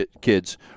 kids